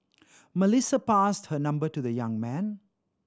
Melissa passed her number to the young man